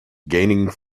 gaining